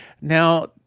Now